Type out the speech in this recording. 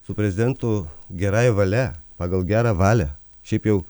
su prezidentu gerąja valia pagal gerą valią šiaip jau